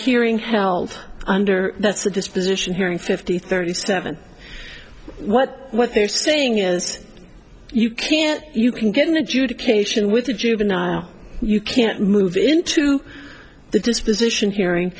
hearing held under that's a disposition hearing fifty thirty seven what what they're saying is you can't you can get an adjudication with a juvenile you can't move into the disposition hearing